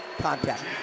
contact